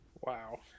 Wow